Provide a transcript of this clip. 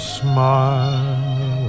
smile